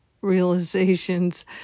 realizations